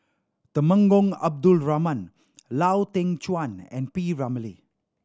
Temenggong Abdul Rahman Lau Teng Chuan and P Ramlee